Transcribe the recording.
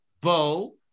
Bo